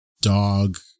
dog